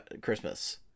Christmas